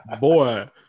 Boy